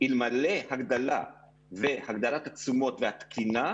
אלמלא הגדלת התשומות והתקינה,